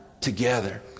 together